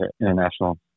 international